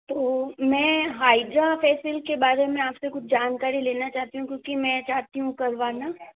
तो मैं hydra facial के बारे में आपसे कुछ जानकारी लेना चाहती हूँ क्योंकि मैं चाहती हूँ करवाना